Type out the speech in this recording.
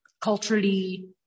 Culturally